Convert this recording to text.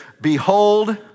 behold